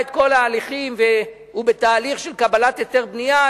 את כל ההליכים והוא בתהליך של קבלת היתר בנייה,